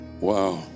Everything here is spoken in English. Wow